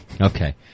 Okay